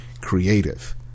creative